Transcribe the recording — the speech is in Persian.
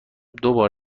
دوبار